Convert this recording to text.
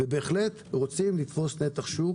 ובהחלט רוצים לפרוס נתח שוק